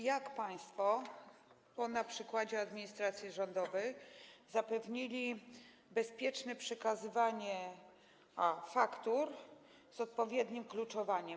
Jak państwo, na przykładzie administracji rządowej, zapewnili bezpieczne przekazywanie faktur z odpowiednim kluczowaniem?